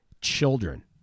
children